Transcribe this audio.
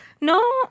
no